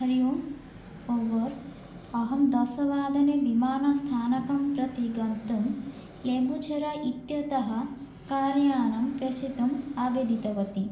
हरिः ओम् ओवर् अहं दशवादने विमानस्थानकं प्रति गन्तुं लेम्बुछेरा इत्यतः कार्यानं प्रेषयितुम् आवेदितवती